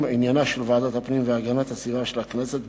ענייניה של ועדת הפנים והגנת הסביבה של הכנסת,